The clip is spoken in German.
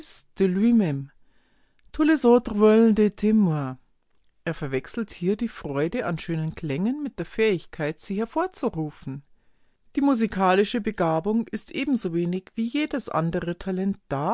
er verwechselt hier die freude an schönen klängen mit der fähigkeit sie hervorzurufen die musikalische begabung ist ebensowenig wie jedes andere talent da